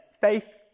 faith